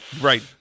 right